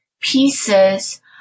pieces